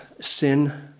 sin